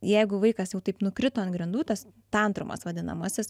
jeigu vaikas jau taip nukrito ant grindų tas tantrumas vadinamasis